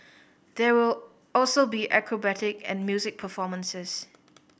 there will also be acrobatic and music performances